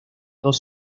dos